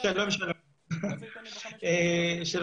וזכאים למלגה הזו,